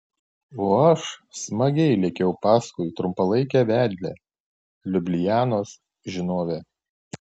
o aš smagiai lėkiau paskui trumpalaikę vedlę liublianos žinovę